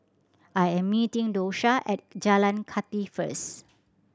I am meeting Dosha at Jalan Kathi first